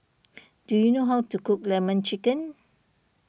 do you know how to cook Lemon Chicken